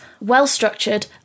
well-structured